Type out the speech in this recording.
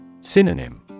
Synonym